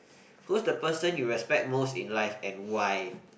who's the person you respect most in life and why